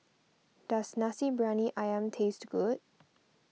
does Nasi Briyani Ayam taste good